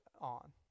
on